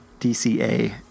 DCA